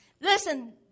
Listen